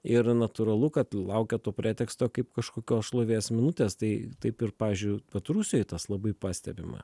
ir natūralu kad laukia to preteksto kaip kažkokios šlovės minutės tai taip ir pavyzdžiui vat rusijoj tas labai pastebima